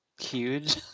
huge